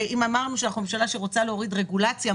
אם אמרנו שאנחנו ממשלה שרוצה להוריד רגולציה,